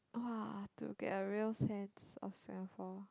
!wah! to get a real sense of Singapore